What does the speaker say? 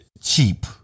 cheap